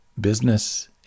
business